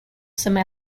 some